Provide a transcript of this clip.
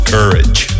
Courage